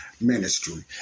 Ministry